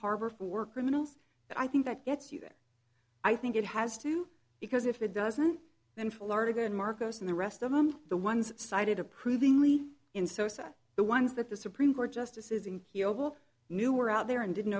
harbor for work criminals i think that gets you there i think it has to because if it doesn't then florida and marcos and the rest of them the ones cited approvingly in sosa the ones that the supreme court justices in kyogle knew were out there and didn't